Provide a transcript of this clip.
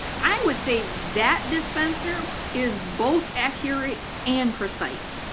i would say that dispenser is both accurate and precise,